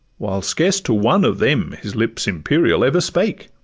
while scarce to one of them his lips imperial ever spake!